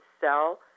sell